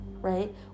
Right